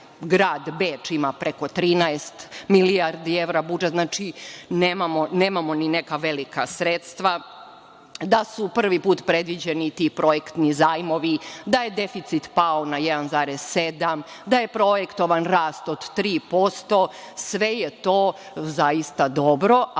grad Beč ima preko 13 milijardi evra budžet. Znači, nemamo ni neka velika sredstva. Takođe, da su prvi put predviđeni ti projektni zajmovi, da je deficit pao na 1,7%, da je projektovan rast od 3%. Sve je to zaista dobro,